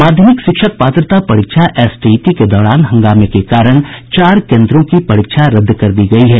माध्यमिक शिक्षक पात्रता परीक्षा एसटीईटी के दौरान हंगामे के कारण चार केन्द्रों की परीक्षा रद्द कर दी गयी है